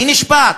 מי נשפט?